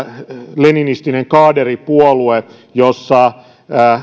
leninistinen kaaderipuolue jossa